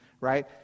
right